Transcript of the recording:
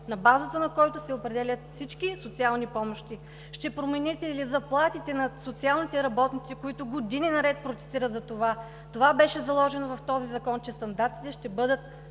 на базата на който се определят всички социални помощи? Ще промените ли заплатите на социалните работници, които години наред протестират за това? Това беше заложено в този закон – че стандартите ще бъдат